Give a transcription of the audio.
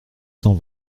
cent